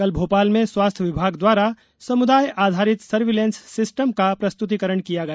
कल भोपाल में स्वास्थ्य विभाग द्वारा समुदाय आधारित सर्विलेंस सिस्टम का प्रस्तुतिकरण किया गया